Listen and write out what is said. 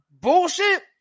Bullshit